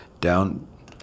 down